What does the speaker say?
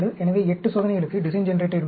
எனவே 8 சோதனைகளுக்கு design generator என்பது